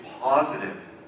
positive